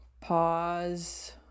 Pause